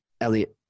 Elliot